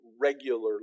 regularly